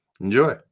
Enjoy